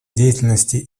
деятельности